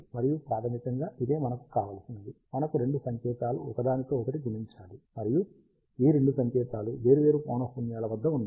మరియు ప్రాథమికంగా ఇదే మనకు కావలసినది మనకు రెండు సంకేతాలు ఒకదానితో ఒకటి గుణించాలి మరియు ఈ రెండు సంకేతాలు వేర్వేరు పౌనఃపున్యాల వద్ద ఉన్నాయి